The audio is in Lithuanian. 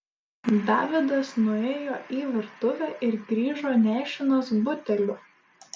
davidas nuėjo į virtuvę ir grįžo nešinas buteliu